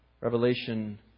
Revelation